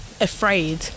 afraid